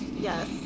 Yes